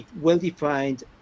well-defined